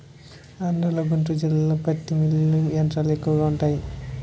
ఆంధ్రలో గుంటూరు జిల్లాలో పత్తి మిల్లులు యంత్రాలు ఎక్కువగా వుంటాయి